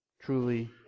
truly